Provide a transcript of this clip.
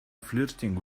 flirting